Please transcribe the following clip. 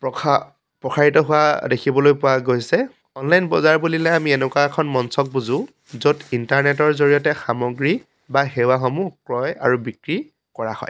প্ৰসা প্ৰসাৰিত হোৱা দেখিবলৈ পোৱা গৈছে অনলাইন বজাৰ বুলিলে আমি এনেকুৱা এখন মঞ্চক বুজোঁ য'ত ইণ্টাৰনেটৰ জৰিয়তে সামগ্ৰী বা সেৱাসমূহ ক্ৰয় আৰু বিক্ৰী কৰা হয়